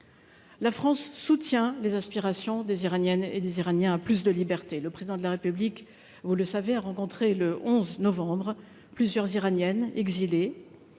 La France soutient les aspirations des Iraniennes et des Iraniens à plus de liberté. Le Président de la République a rencontré, le 11 novembre dernier, plusieurs Iraniennes exilées,